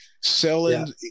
selling